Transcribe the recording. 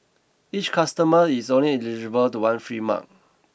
each customer is only eligible to one free mug